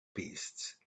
beasts